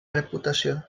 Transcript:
reputació